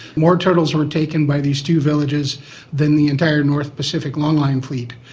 more turtles were taken by these two villages than the entire north pacific long-line fleet.